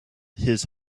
his